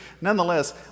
nonetheless